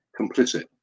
complicit